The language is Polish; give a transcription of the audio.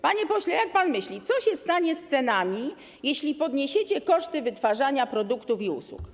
Panie pośle, jak pan myśli, co się stanie z cenami, jeśli poniesiecie koszty wytwarzania produktów i usług?